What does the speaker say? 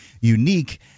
unique